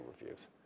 reviews